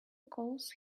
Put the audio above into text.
calls